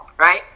Right